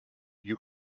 you